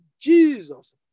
Jesus